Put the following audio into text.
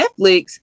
Netflix